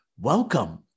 welcome